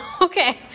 Okay